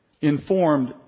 informed